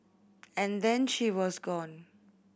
and then she was gone